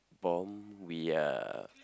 bomb we are